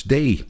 Day